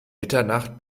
mitternacht